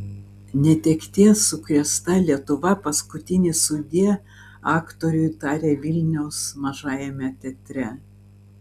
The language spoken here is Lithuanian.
netekties sukrėsta lietuva paskutinį sudie aktoriui tarė vilniaus mažajame teatre